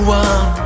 one